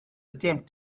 attempt